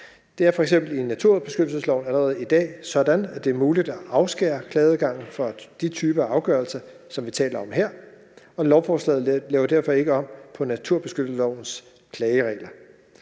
Det er f.eks. i naturbeskyttelsesloven allerede i dag sådan, at det er muligt at afskære klageadgangen for de typer af afgørelser, som vi taler om her, og lovforslaget laver derfor ikke om på naturbeskyttelseslovens klageregler.